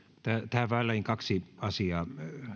tähän väliin kaksi asiaa